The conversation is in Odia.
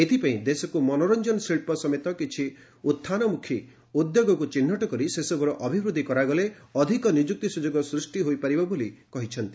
ଏଥିପାଇଁ ଦେଶକୁ ମନୋରଞ୍ଜନ ଶିଳ୍ପ ସମେତ କିଛି ଉହାନମୁଖୀ ଉଦ୍ୟୋଗକୁ ଚିହ୍ନଟ କରି ସେସବୁର ଅଭିବୃଦ୍ଧି କରାଗଲେ ଅଧିକ ନିଯୁକ୍ତି ସୁଯୋଗ ସୃଷ୍ଟି ହୋଇପାରିବ ବୋଲି କହିଛନ୍ତି